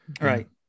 Right